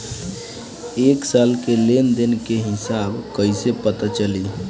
एक साल के खाता के लेन देन के हिसाब कइसे पता चली?